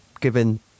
given